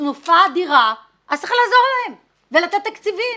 בתנופה אדירה, אז צריך לעזור להם ולתת תקציבים.